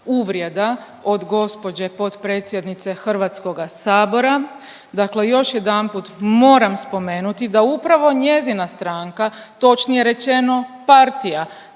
Uvrijeda od gđe potpredsjednice HS-a, dakle još jedanput moram spomenuti da upravo njezina stranka, točnije rečeno partija,